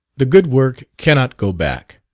the good work cannot go back,